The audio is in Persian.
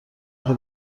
خیلی